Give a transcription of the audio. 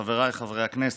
חבריי חברי הכנסת,